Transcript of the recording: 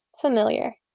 familiar